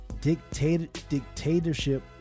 dictatorship